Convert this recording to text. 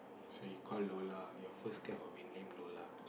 so he call Lola your first cat will be name Lola